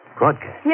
Broadcast